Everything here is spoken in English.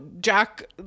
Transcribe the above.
Jack